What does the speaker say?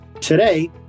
Today